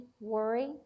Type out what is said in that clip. worry